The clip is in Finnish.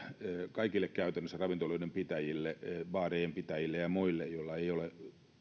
kaikille ravintoloiden pitäjille baarien pitäjille ja muille joilla ei ole